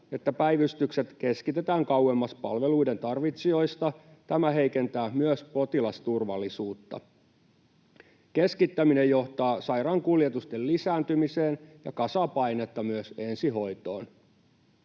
että päivystykset keskitetään kauemmas palveluiden tarvitsijoista. Tämä heikentää myös potilasturvallisuutta. Keskittäminen johtaa sairaankuljetusten lisääntymiseen ja kasaa painetta myös ensihoitoon.